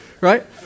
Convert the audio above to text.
right